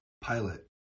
pilot